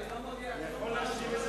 היא לא מודיעה כלום,